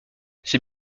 c’est